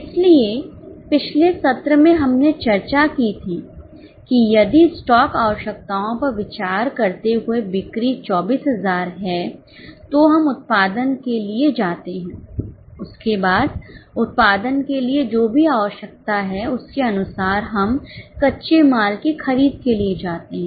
इसलिए पिछले सत्र में हमने चर्चा की थी कि यदि स्टॉक आवश्यकताओं पर विचार करते हुए बिक्री 24000 है तो हम उत्पादन के लिए जाते हैं उसके बाद उत्पादन के लिए जो भी आवश्यकता है उसके अनुसार हम कच्चे माल की खरीद के लिए जाते हैं